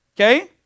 Okay